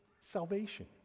salvation